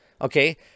Okay